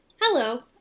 Hello